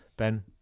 ben